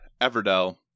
Everdell